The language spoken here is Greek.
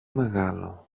μεγάλο